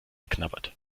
geknabbert